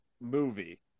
movie